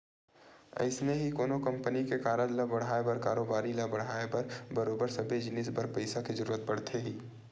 अइसने ही कोनो कंपनी के कारज ल बड़हाय बर कारोबारी ल बड़हाय बर बरोबर सबे जिनिस बर पइसा के जरुरत पड़थे ही